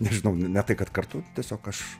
nežinau ne tai kad kartu tiesiog aš